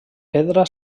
pedra